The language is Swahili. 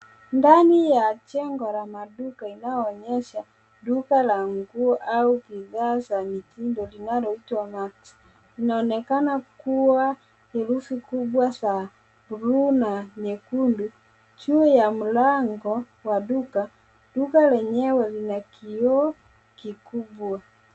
Ndani ya jengo la maduka inayoonyesha duka la nguo au bidhaa za mitindo linaloitwa, manix. Linaonekana kuwa herufi kubwa za bluu na nyekundu juu ya mlango wa duka. Duka lenyewe ni la kio kikubwa.